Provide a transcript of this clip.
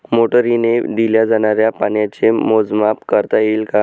मोटरीने दिल्या जाणाऱ्या पाण्याचे मोजमाप करता येईल का?